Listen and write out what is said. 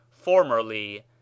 Formerly